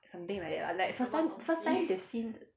something like that lah like first time first time they seen